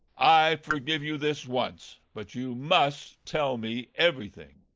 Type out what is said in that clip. i forgive you this once, but you must tell me everything.